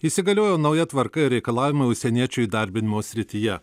įsigaliojo nauja tvarka ir reikalavimai užsieniečių įdarbinimo srityje